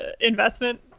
investment